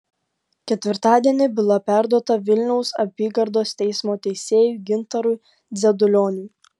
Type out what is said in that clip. ketvirtadienį byla perduota vilniaus apygardos teismo teisėjui gintarui dzedulioniui